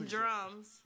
Drums